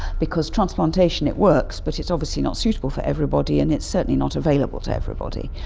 because transplantation, it works but it's obviously not suitable for everybody, and it's certainly not available to everybody.